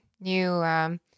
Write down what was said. new